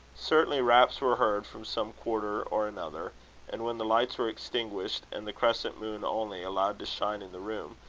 certainly, raps were heard from some quarter or another and when the lights were extinguished, and the crescent moon only allowed to shine in the room,